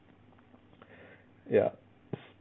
ya